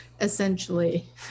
essentially